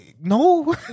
no